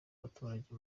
abaturage